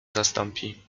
zastąpi